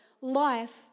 life